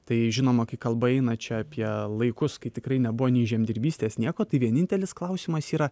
tai žinoma kai kalba eina čia apie laikus kai tikrai nebuvo nei žemdirbystės nieko tai vienintelis klausimas yra